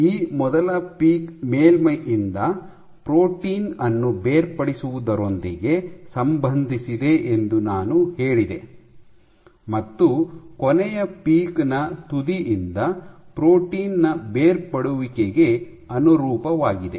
ಈ ಮೊದಲ ಪೀಕ್ ಮೇಲ್ಮೈಯಿಂದ ಪ್ರೋಟೀನ್ ಅನ್ನು ಬೇರ್ಪಡಿಸುವುದರೊಂದಿಗೆ ಸಂಬಂಧಿಸಿದೆ ಎಂದು ನಾನು ಹೇಳಿದೆ ಮತ್ತು ಕೊನೆಯ ಪೀಕ್ ನ ತುದಿಯಿಂದ ಪ್ರೋಟೀನ್ ನ ಬೇರ್ಪಡುವಿಕೆಗೆ ಅನುರೂಪವಾಗಿದೆ